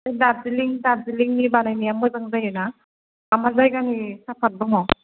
बे दार्जिलिं दार्जिलिंनि बानायनाया मोजां जायोना मा मा जायगानि सापात दङ